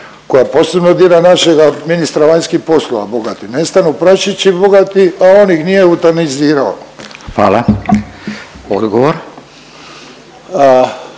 koja posebno dira našega ministra vanjskih poslova. Bogati, nestanu praščići bogati, a on ih nije eutanizirao. **Radin,